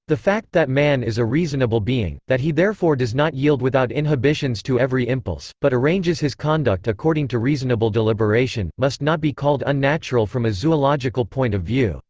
the fact that man is a reasonable being, that he therefore does not yield without inhibitions to every impulse, but arranges his conduct according to reasonable deliberation, must not be called unnatural from a zoological point of view.